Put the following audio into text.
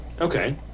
Okay